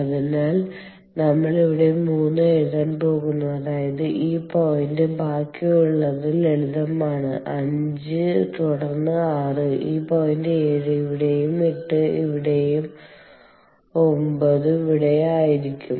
അതിനാൽ നമ്മൾ ഇവിടെ 3 എഴുതാൻ പോകുന്നു അതായത് ഈ പോയിന്റ് ബാക്കിയുള്ളത് ലളിതമാണ് 5 തുടർന്ന് 6 ഈ പോയിന്റ് 7 ഇവിടെയും 8 ഇവിടെയും 9 ഇവിടെയും ആയിരിക്കും